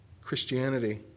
Christianity